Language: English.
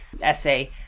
essay